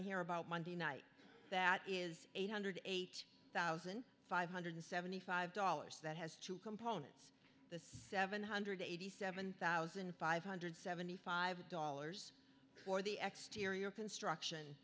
to hear about monday night that is eight hundred and eight thousand five hundred and seventy five dollars that has two components the seven hundred and eighty seven thousand five hundred and seventy five dollars for the exteriors construction